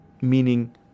meaning